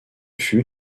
fut